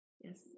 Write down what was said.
Yes